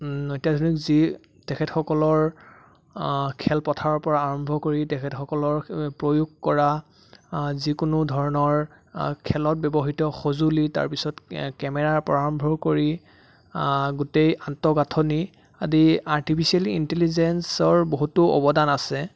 অত্যাধুনিক যি তেখেতসকলৰ খেলপথাৰৰ পৰা আৰম্ভ কৰি তেখেতসকলৰ প্ৰয়োগ কৰা যিকোনো ধৰণৰ খেলত ব্যৱহৃত সঁজুলি তাৰপিছত এ কেমেৰাৰ পৰা আৰম্ভ কৰি গোটেই আন্তঃগাঁথনি আদি আৰ্টিফিচিয়েল ইণ্টেলিজেঞ্চৰ বহুতো অৱদান আছে